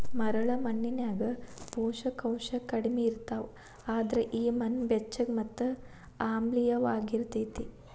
ಮರಳ ಮಣ್ಣಿನ್ಯಾಗ ಪೋಷಕಾಂಶ ಕಡಿಮಿ ಇರ್ತಾವ, ಅದ್ರ ಈ ಮಣ್ಣ ಬೆಚ್ಚಗ ಮತ್ತ ಆಮ್ಲಿಯವಾಗಿರತೇತಿ